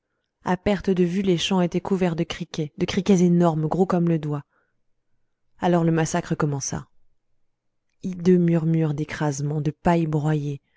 à perte de vue les champs étaient couverts de criquets de criquets énormes gros comme le doigt alors le massacre commença hideux murmure d'écrasement de paille broyée